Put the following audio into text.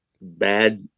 bad